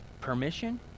permission